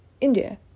India